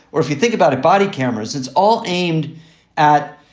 or if you think about it, body cameras, it's all aimed at,